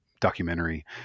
documentary